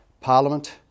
Parliament